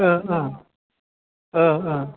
ओ ओ ओ ओ